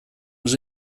was